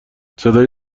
صدای